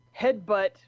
headbutt